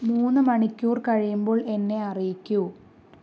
മൂന്ന് മണിക്കൂർ കഴിയുമ്പോൾ എന്നെ അറിയിക്കൂ